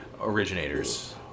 originators